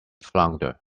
flounder